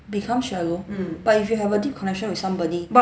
become shallow but if you have a deep connection with somebody